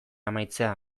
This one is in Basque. amaitzea